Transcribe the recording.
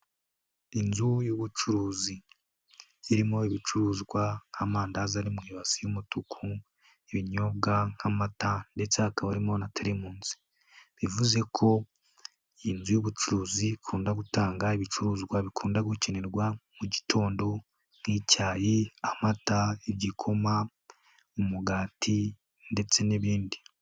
Inzu y'ubucuruzi irimo ibicuruzwa nk'amandazi ari mu ibasi y'umutuku, ibinyobwa nk'amata ndetse hakaba harimo na teremusi. Bivuze ko iyi nzu y'ubucuruzi ikunda gutanga ibicuruzwa bikunda gukenerwa mu gitondo nk'icyayi, amata, igikoma, umugati ndetse n'ibindi.